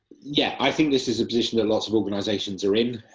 yeah, i think this is a position that lots of organisations are in,